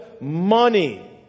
money